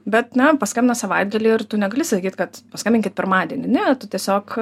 bet ne paskambina savaitgalį ir tu negali sakyt kad paskambinkit pirmadienį ne tu tiesiog